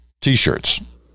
t-shirts